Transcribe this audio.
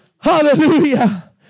Hallelujah